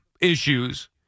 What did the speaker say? issues